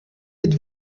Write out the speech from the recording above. êtes